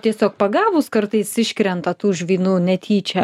tiesiog pagavus kartais iškrenta tų žvynų netyčia